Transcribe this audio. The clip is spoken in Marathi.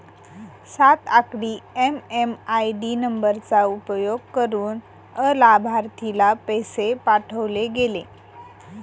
सात आकडी एम.एम.आय.डी नंबरचा उपयोग करुन अलाभार्थीला पैसे पाठवले गेले